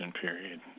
period